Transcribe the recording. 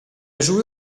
joué